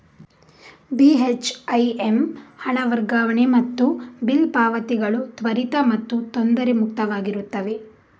ಬಿ.ಹೆಚ್.ಐ.ಎಮ್ ಹಣ ವರ್ಗಾವಣೆ ಮತ್ತು ಬಿಲ್ ಪಾವತಿಗಳು ತ್ವರಿತ ಮತ್ತು ತೊಂದರೆ ಮುಕ್ತವಾಗಿರುತ್ತವೆ